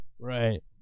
Right